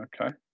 Okay